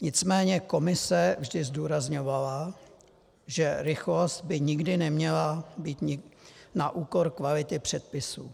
Nicméně Komise vždy zdůrazňovala, že rychlost by nikdy neměla být na úkor kvality předpisů.